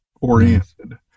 oriented